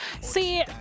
See